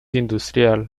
industrial